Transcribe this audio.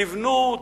תבנו,